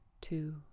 two